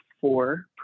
four